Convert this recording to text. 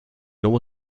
nuovo